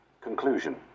Conclusion